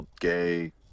gay